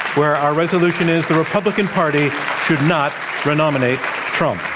where our resolution is, the republican party should not re-nominate trump.